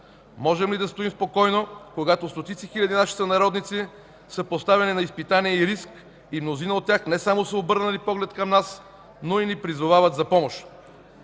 Можем ли да стоим спокойно, когато стотици хиляди наши сънародници са поставени пред изпитание и риск и мнозина от тях не само са обърнали поглед към нас, но и ни призовават за помощ?!